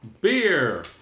Beer